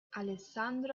alessandro